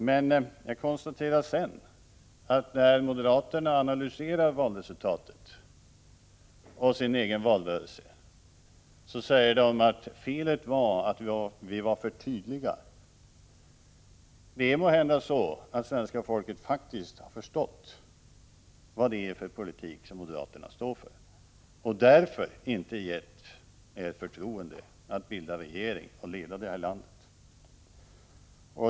Men jag konstaterar sedan att när moderaterna analyserar valresultatet och sin egen valrörelse säger de att felet var att de var för tydliga. Det är måhända så att svenska folket faktiskt har förstått vilken politik moderaterna står för och därför inte har gett moderaterna förtroende att bilda regering och leda det här landet.